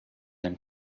him